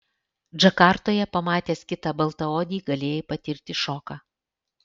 džakartoje pamatęs kitą baltaodį galėjai patirti šoką